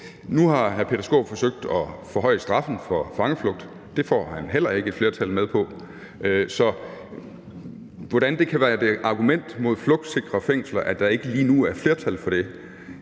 Nu har hr. Peter Skaarup forsøgt at forhøje straffen for fangeflugt. Det får han heller ikke et flertal med på. Så hvordan det kan være et argument mod flugtsikre fængsler, at der ikke lige nu er flertal for det,